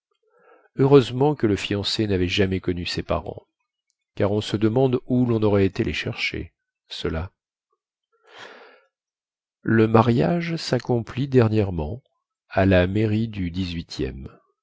heureusement que le fiancé navait jamais connu ses parents car on se demande où lon aurait été les chercher ceux-là le mariage saccomplit dernièrement à la mairie du